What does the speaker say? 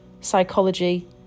psychology